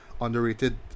underrated